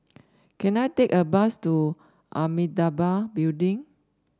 can I take a bus to Amitabha Building